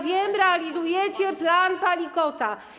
Wiem, że realizujecie plan Palikota.